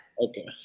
Okay